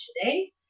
today